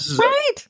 Right